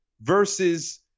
versus